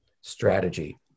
strategy